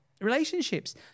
Relationships